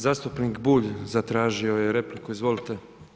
Zastupnik Bulj zatražio je repliku, izvolite.